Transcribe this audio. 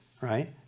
Right